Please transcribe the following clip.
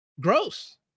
gross